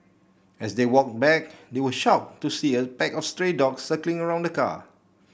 as they walked back they were shocked to see a pack of stray dogs circling around the car